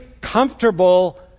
comfortable